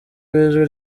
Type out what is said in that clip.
w’ijwi